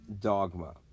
Dogma